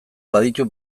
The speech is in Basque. baditu